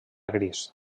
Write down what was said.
gris